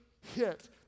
hit